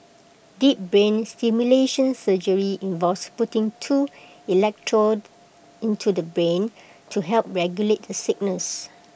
deep brain stimulation surgery involves putting two electrodes into the brain to help regulate the signals